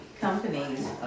companies